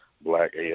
black